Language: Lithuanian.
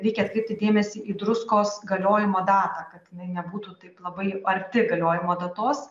reikia atkreipti dėmesį į druskos galiojimo datą kad jinai nebūtų taip labai arti galiojimo datos